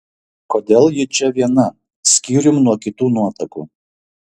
kodėl ji čia viena skyrium nuo kitų nuotakų